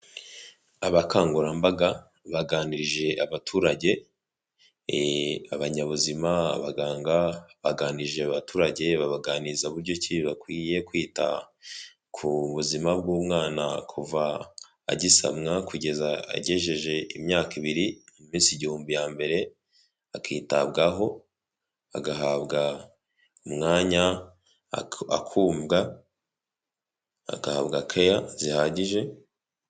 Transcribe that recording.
Abakangurambaga baganirije abaturage, abanyabuzima abaganga baganije abaturage babaganiriza buryo kibi bakwiye kwita ku buzima bw'umwana kuva agisamwa kugeza agejeje imyaka ibiri mu minsi igihumbi ya mbere akitabwaho agahabwa umwanya akumvwa agahabwa kaya zihagije.